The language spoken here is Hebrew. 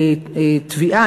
תביעה,